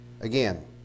Again